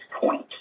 point